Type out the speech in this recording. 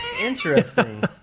Interesting